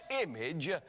image